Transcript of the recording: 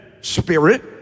spirit